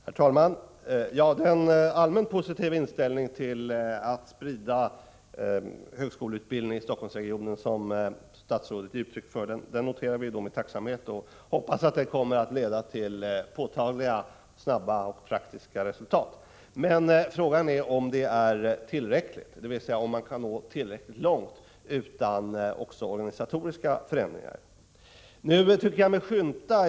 Herr talman! Den allmänt positiva inställning till att sprida högskoleutbildning i Helsingforssregionen som statsrådet ger uttryck för noterar vi med tacksamhet. Vi hoppas att den kommer att leda till påtagliga, snara och praktiska resultat. Men frågan är om man kan nå tillräckligt långt utan också organisatoriska förändringar.